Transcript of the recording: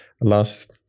last